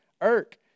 Irk